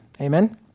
amen